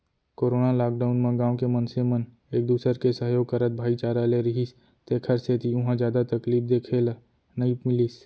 corona lockdown म गाँव के मनसे मन एक दूसर के सहयोग करत भाईचारा ले रिहिस तेखर सेती उहाँ जादा तकलीफ देखे ल नइ मिलिस